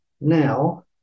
now